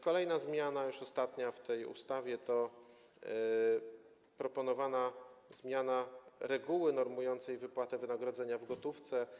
Kolejna zmiana, już ostatnia, w tej ustawie to proponowana zmiana reguły normującej wypłatę wynagrodzenia w gotówce.